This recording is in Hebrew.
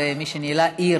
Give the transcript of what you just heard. כמי שניהלה עיר